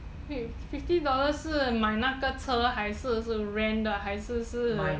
wait fifty dollars 是买那个车还是 rent 的还是是